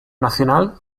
nacional